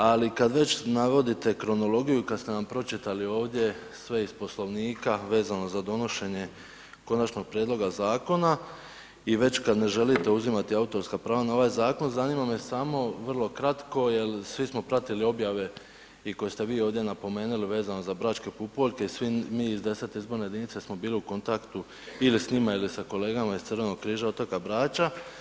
Ali kad već navodite kronologiju, kad ste nam pročitali ovdje sve iz Poslovnika vezano za donošenje konačnog prijedloga zakona i već kad ne želite uzimati autorska prava na ovaj zakon zanima me samo vrlo kratko jel svi smo pratili objave i koje ste vi ovdje napomenuli vezano za Bračke pupoljke i svi mi 10. izborne jedinice smo bili u kontaktu ili s njima ili s kolegama iz Crvenog križa otoka Brača.